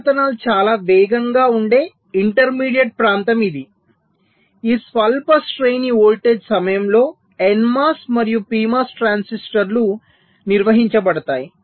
పరివర్తనాలు చాలా వేగంగా ఉండే ఇంటర్మీడియట్ ప్రాంతం ఉంది ఈ స్వల్ప శ్రేణి వోల్టేజ్ సమయంలో NMOS మరియు PMOS ట్రాన్సిస్టర్లు నిర్వహించబడుతున్నాయి